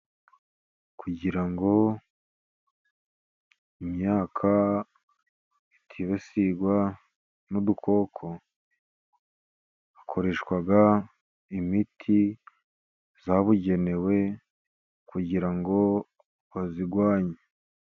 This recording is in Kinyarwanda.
Kugira ngo imyaka itibasirwa n’udukoko, hakoreshwa imiti yabugenewe kugira ngo bazirwanye.